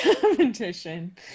competition